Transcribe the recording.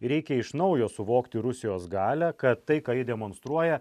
reikia iš naujo suvokti rusijos galią kad tai ką ji demonstruoja